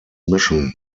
mission